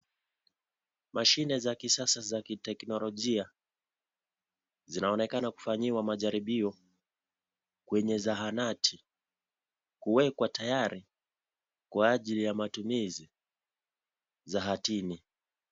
Mashine za kisasa za kitekinoronjia, zinaonekana kufanyiwa majaribio kwenye zahanati, kuwekwa tayari kwa ajili ya matumizi zahatini.